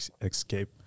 escape